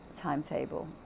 timetable